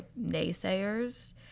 naysayers